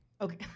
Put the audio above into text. okay